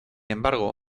embargo